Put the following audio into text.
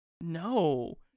No